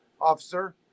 officer